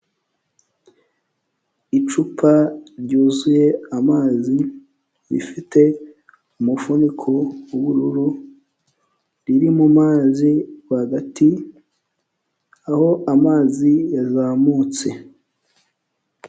Icupa ryuzuye amazi rifite umufuniko w'ubururu, riri mu mazi rwagati aho amazi yazamutse.